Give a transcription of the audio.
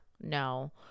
No